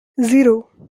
zero